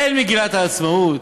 אין מגילת העצמאות,